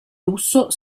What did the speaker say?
lusso